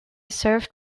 served